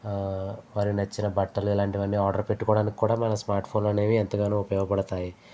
వారికి నచ్చిన బట్టలు ఇలాంటివన్నీ ఆర్డర్ పెట్టుకోవడానికి కూడా మనకు స్మార్ట్ ఫోన్లు అనేవి ఎంతగానో ఉపయోగపడతాయి